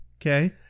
Okay